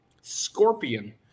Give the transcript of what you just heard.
Scorpion